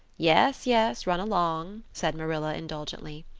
yes, yes, run along, said marilla indulgently.